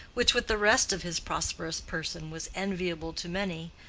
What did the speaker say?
which, with the rest of his prosperous person, was enviable to many,